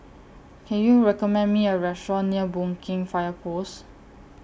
Can YOU recommend Me A Restaurant near Boon Keng Fire Post